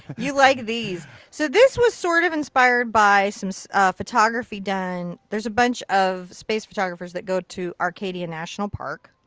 you like these. so this was sort of inspired by so photography done there's a bunch of space photographers that go to acadia national park.